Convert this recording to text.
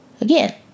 again